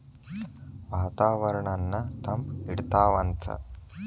ವಾತಾವರಣನ್ನ ತಂಪ ಇಡತಾವಂತ